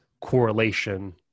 correlation